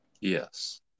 Yes